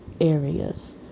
areas